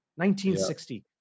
1960